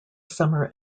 summer